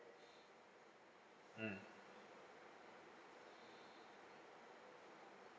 mm